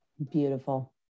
Beautiful